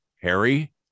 Harry